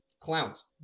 Clowns